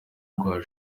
rwa